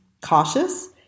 cautious